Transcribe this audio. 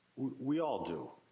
we all do.